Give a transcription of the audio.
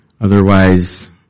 otherwise